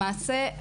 למעשה,